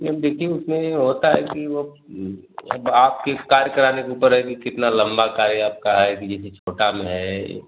ma'am देखिए उसमें ये होता है कि वो अब आपके कार्य कराने के ऊपर है कि कितना लम्बा कार्य आपका है कि छोटा में है